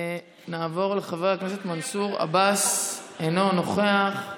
נעבור לחבר הכנסת מנסור עבאס, אינו נוכח,